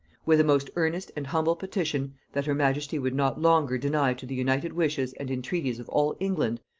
with a most earnest and humble petition, that her majesty would not longer deny to the united wishes and entreaties of all england,